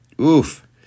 Oof